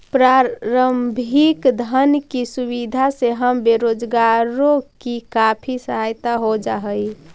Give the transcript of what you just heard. प्रारंभिक धन की सुविधा से हम बेरोजगारों की काफी सहायता हो जा हई